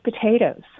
potatoes